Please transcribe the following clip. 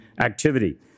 activity